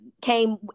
came